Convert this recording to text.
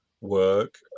work